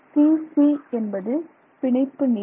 CC என்பது பிணைப்பு நீளம்